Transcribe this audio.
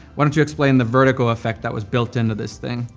why don't you explain the vertical effect that was built into this thing?